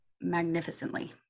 magnificently